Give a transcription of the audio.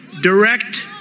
direct